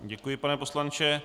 Děkuji, pane poslanče.